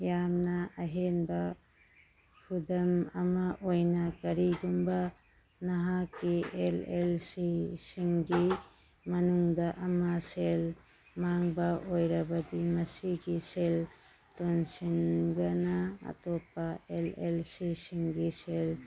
ꯌꯥꯝꯅ ꯑꯍꯦꯟꯕ ꯈꯨꯗꯝ ꯑꯃ ꯑꯣꯏꯅ ꯀꯔꯤꯒꯨꯝꯕ ꯅꯍꯥꯛꯀꯤ ꯑꯦꯜ ꯑꯦꯜ ꯁꯤ ꯁꯤꯡꯒꯤ ꯃꯅꯨꯡꯗ ꯑꯃ ꯁꯦꯜ ꯃꯥꯡꯕ ꯑꯣꯏꯔꯕꯗꯤ ꯃꯁꯤꯒꯤ ꯁꯦꯜ ꯇꯣꯟꯁꯤꯟꯕꯅ ꯑꯇꯣꯞꯄ ꯑꯦꯜ ꯑꯦꯜ ꯁꯤꯁꯤꯡꯒꯤ ꯁꯦꯜ